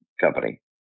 company